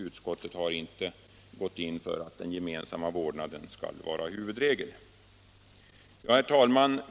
Utskottet har däremot inte gått in för att den gemensamma vårdnaden skall vara huvudregel. Herr talman!